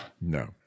No